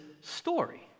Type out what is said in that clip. story